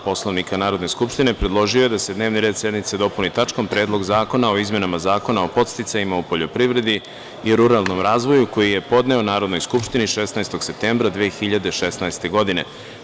Poslovnika Narodne skupštine, predložio je da se dnevni red sednice dopuni tačkom – Predlog zakona o izmenama Zakona o podsticajima u poljoprivredi i ruralnom razvoju, koji je podneo Narodnoj skupštini 16. septembra 2016. godine.